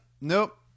Nope